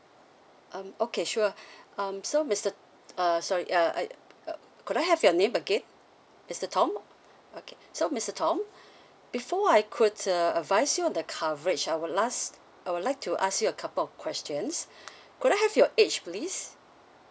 um okay sure um so mister uh sorry uh I uh could I have your name again mister tom okay so mister tom before I could uh advise you on the coverage I would last I would like to ask you a couple questions could I have your age please